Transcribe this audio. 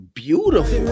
beautiful